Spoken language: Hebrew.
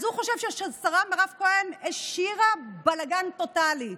אז הוא חושב שהשרה מירב כהן השאירה בלגן טוטלי.